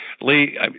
Lee